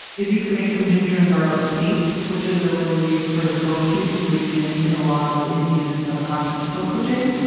is you can make some ginger and garlic paste, which is a really sort of go to ingredient in a lot of indian and subcontinental cooking. ah